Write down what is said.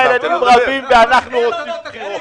שני הילדים רבים ואומרים שאנחנו רוצים בחירות.